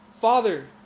Father